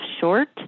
short